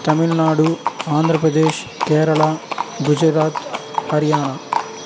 Tamil Nadu Andhra Pradesh Kerala Gujarat Haryana